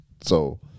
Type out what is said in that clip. so-